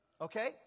Okay